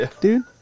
dude